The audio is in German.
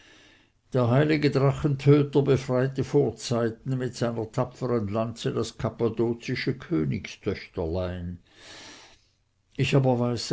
der heilige drachentöter befreite vorzeiten mit seiner tapfern lanze das kappadozische königstöchterlein ich aber weiß